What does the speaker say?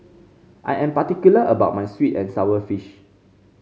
I am particular about my sweet and sour fish